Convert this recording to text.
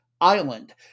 Island